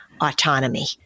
autonomy